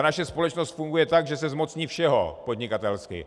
Naše společnost funguje tak, že se zmocní všeho podnikatelsky.